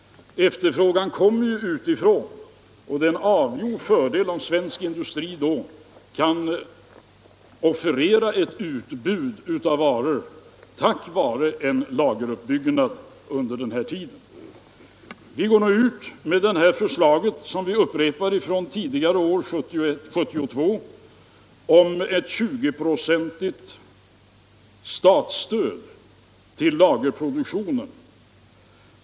Efterfrågan kommer ju utifrån, och det är en avgjord fördel om svensk industri då kan offerera ett utbud av varor tack vare en lageruppbyggnad under den här tiden. Vi går nu ut med detta förslag, som vi upprepar från tidigare år — 1972 — om ett 20-procentigt statsstöd till lagerproduktionen.